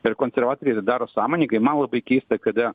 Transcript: ir konservatoriai tai daro sąmoningai man labai keista kada